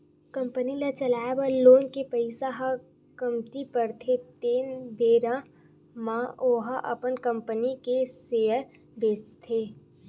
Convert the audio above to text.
company ल चलाए बर लोन के पइसा ह कमती परथे तेन बेरा म ओहा अपन कंपनी के सेयर बेंचथे